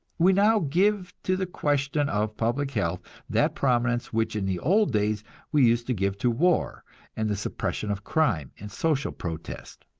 we now give to the question of public health that prominence which in the old days we used to give to war and the suppression of crime and social protest.